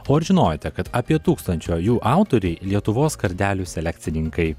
o ar žinojote kad apie tūkstančio jų autoriai lietuvos kardelių selekcininkai